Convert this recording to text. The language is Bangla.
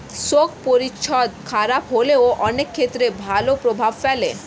শোক পরিচ্ছদ খারাপ হলেও অনেক ক্ষেত্রে ভালো প্রভাব ফেলে